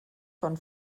von